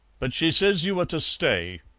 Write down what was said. but she says you are to stay.